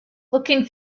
looking